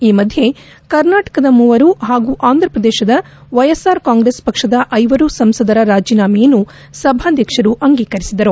ಈ ಮಧ್ಯೆ ಕರ್ನಾಟಕದ ಮೂವರು ಹಾಗೂ ಅಂದ್ರ ಪ್ರದೇಶದ ವೈಎಸ್ಆರ್ ಕಾಂಗ್ರೆಸ್ ಪಕ್ಷದ ಐವರು ಸಂಸದರ ರಾಜೀನಾಮೆಯನ್ನು ಸಭಾಧ್ಯಕ್ಷರು ಅಂಗೀಕರಿಸಿದರು